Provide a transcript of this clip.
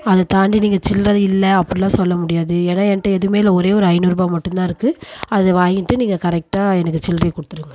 அதை தாண்டி நீங்கள் சில்லற இல்லை அப்படிலாம் சொல்ல முடியாது ஏன்னா என்ட்ட எதுவுமே இல்லை ஒரே ஒரு ஐநூறுபா மட்டுந்தான் இருக்குது அதை வாங்கிட்டு நீங்கள் கரெக்டாக எனக்கு சில்லறைய கொடுத்துருங்க